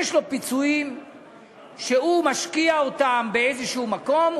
יש לו פיצויים שהוא משקיע אותם באיזשהו מקום,